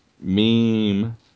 meme